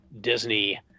Disney